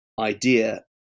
idea